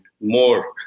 more